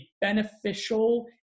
beneficial